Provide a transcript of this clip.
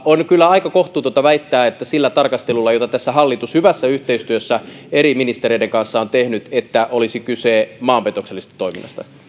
on kyllä aika kohtuutonta väittää että sillä tarkastelulla jota hallitus tässä hyvässä yhteistyössä eri ministereiden kanssa on tehnyt olisi kyse maanpetoksellisesta toiminnasta